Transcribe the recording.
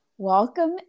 welcome